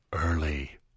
Early